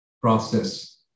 process